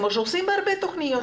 כמו שעושים בהרבה תוכניות.